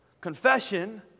confession